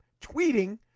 tweeting